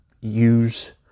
use